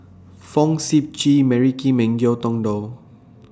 Fong Sip Chee Mary Kim and Ngiam Tong Dow